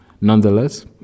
Nonetheless